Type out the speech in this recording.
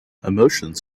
emotions